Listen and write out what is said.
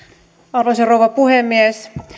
arvoisa rouva puhemies